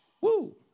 Woo